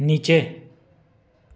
नीचे